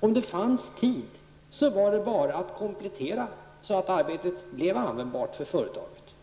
Om det fanns tid var det bara att komplettera, så att arbetet blev användbart för företaget.